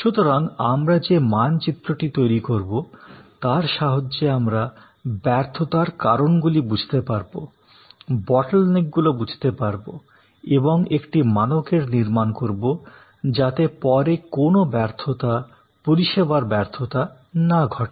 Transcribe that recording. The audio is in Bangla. সুতরাং আমরা যে মানচিত্রটি তৈরি করবো তার সাহায্যে আমরা ব্যর্থতার কারণগুলি বুঝতে পারবো বটলনেকগুলো বুঝতে পারবো এবং একটি মানকের নির্মাণ করবো যাতে পরে কোনও ব্যর্থতা পরিষেবার ব্যর্থতা না ঘটে